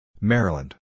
Maryland